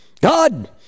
God